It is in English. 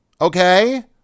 Okay